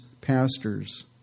pastors